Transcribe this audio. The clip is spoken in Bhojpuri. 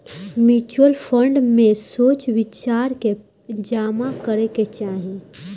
म्यूच्यूअल फंड में सोच विचार के जामा करे के चाही